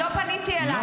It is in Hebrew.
אני לא פניתי אלייך.